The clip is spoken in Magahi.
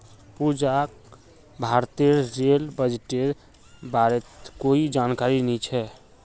पूजाक भारतेर रेल बजटेर बारेत कोई जानकारी नी छ